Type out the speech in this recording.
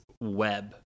web